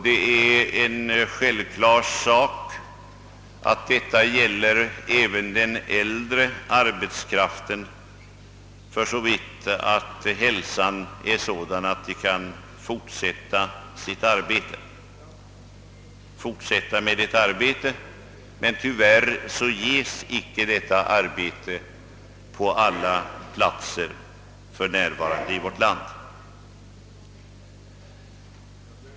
Det är självklart att detta även gäller den äldre arbetskraften, för så vitt de äldres hälsa är sådan att de kan fortsätta att arbeta. Tyvärr ges icke tillfälle till arbete på alla platser i vårt land för närvarande.